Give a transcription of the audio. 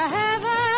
heaven